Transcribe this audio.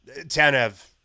Tanev